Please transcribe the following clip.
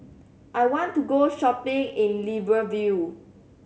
I want to go shopping in Libreville